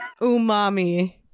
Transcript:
Umami